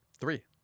Three